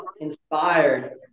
inspired